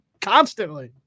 constantly